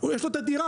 יש לו את הדירה,